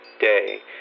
day